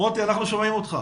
על הפגיעה